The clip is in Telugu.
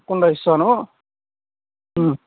తప్పకుండా ఇస్తాను